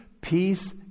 peace